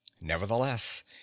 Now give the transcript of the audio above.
nevertheless